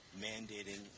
mandating